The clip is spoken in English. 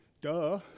duh